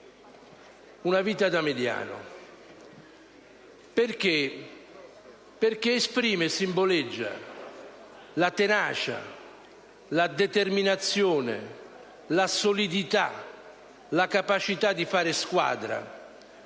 «Una vita da mediano», in quanto esprime e simboleggia la tenacia, la determinazione, la solidità, la capacità di fare squadra,